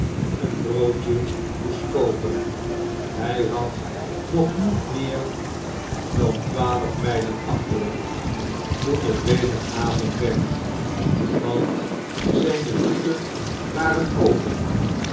pennyeen broodje moest koopen hij had nog niet meer dan twaalf mijlen afgelegd toen het weder avond werd want zijne voeten waren open